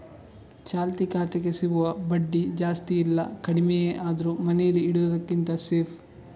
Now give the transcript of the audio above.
ಚಾಲ್ತಿ ಖಾತೆಗೆ ಸಿಗುವ ಬಡ್ಡಿ ಜಾಸ್ತಿ ಇಲ್ಲ ಕಡಿಮೆಯೇ ಆದ್ರೂ ಮನೇಲಿ ಇಡುದಕ್ಕಿಂತ ಸೇಫ್